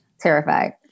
Terrified